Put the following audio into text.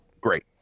great